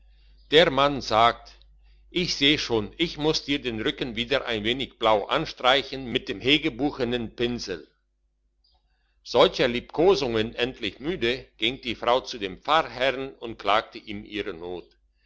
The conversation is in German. der mann aber sagt ich seh schon ich muss dir den rücken wieder ein wenig blau anstreichen mit dem hegebuchenen pinsel solcher liebkosungen endlich müde ging die frau zu dem pfarrherrn und klagte ihm ihre not